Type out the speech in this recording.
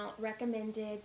recommended